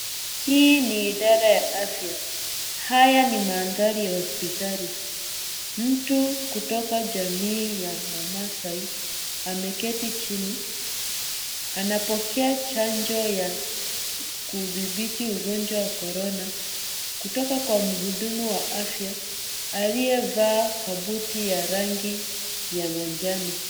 Hii ni idara ya afya. Haya ni mandhari ya hospitali. Mtu kutoka jamii ya wamaasai, ameketi chini, anapokea chanjo ya kudhibiti ugonjwa wa corona, kutoka kwa muhudumu wa afya, aliyevaa kabuti ya rangi ya manjano.